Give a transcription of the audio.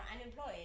unemployed